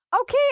Okay